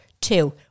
Two